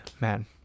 Man